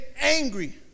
angry